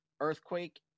Earthquake